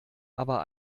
aber